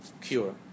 cure